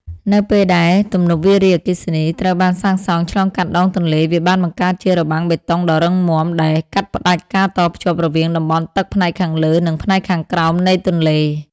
នៅពេលដែលទំនប់វារីអគ្គិសនីត្រូវបានសាងសង់ឆ្លងកាត់ដងទន្លេ វាបានបង្កើតជា របាំងបេតុងដ៏រឹងមាំ ដែលកាត់ផ្តាច់ការតភ្ជាប់រវាងតំបន់ទឹកផ្នែកខាងលើ និងផ្នែកខាងក្រោមនៃទន្លេ។